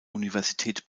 universität